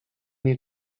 nie